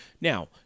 Now